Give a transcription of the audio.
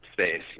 space